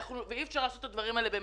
אי אפשר לעשות את הדברים האלה במנותק.